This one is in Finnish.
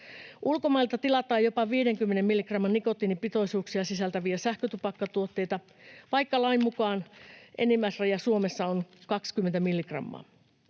Ulkomailta tilataan jopa 50 milligramman nikotiinipitoisuuksia sisältäviä sähkötupakkatuotteita, vaikka lain mukaan enimmäisraja Suomessa on 20